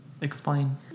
Explain